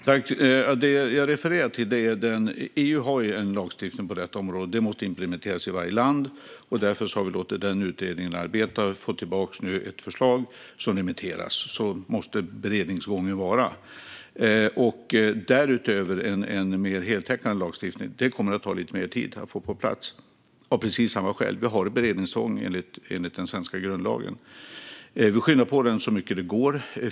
Herr talman! Det jag refererade till är den lagstiftning som EU har på detta område. Den måste implementeras i varje land, och därför har vi låtit utredningen arbeta. Nu får vi tillbaka ett förslag som remitteras. Så måste beredningsgången vara. Att därutöver få på plats en mer heltäckande lagstiftning kommer att ta lite mer tid, av precis samma skäl: Vi har ett beredningstvång enligt den svenska grundlagen. Vi skyndar på så mycket det går.